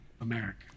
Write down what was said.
America